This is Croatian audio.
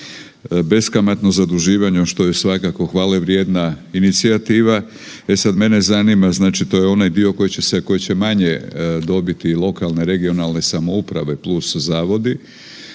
beskamatno zaduživanje što je svakako hvale vrijedna inicijativa. E sada mene zanima, to je onaj dio koji će manje dobiti lokalne, regionalne samouprave plus zavodi,